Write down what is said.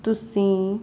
ਤੁਸੀਂ